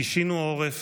קישינו עורף.